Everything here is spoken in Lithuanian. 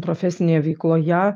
profesinėje veikloje